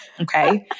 okay